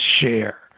share